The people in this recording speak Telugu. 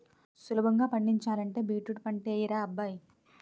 సులభంగా పండించాలంటే బీట్రూట్ పంటే యెయ్యరా అబ్బాయ్